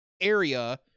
area